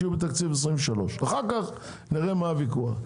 שיהיו בתקציב 23'. אחר כך נראה מה הוויכוח.